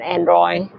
Android